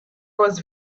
was